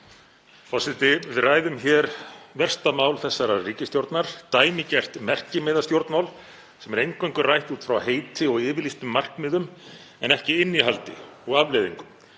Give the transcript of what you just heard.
Forseti. Við ræðum hér versta mál þessarar ríkisstjórnar, dæmigert merkimiðastjórnmál sem er eingöngu rætt út frá heiti og yfirlýstum markmiðum en ekki innihaldi og afleiðingum.